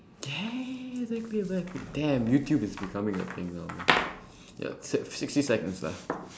ya ya ya exactly exactly damn youtube is becoming a thing now man ya six~ sixty seconds left